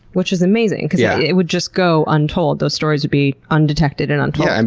which is amazing because yeah it would just go untold, those stories would be undetected and untold. and